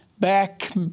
Back